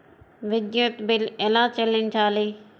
విద్యుత్ బిల్ ఎలా చెల్లించాలి?